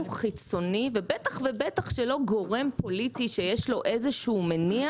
חיצוני בטח ובטח שלא גורם פוליטי שיש לו איזשהו מניע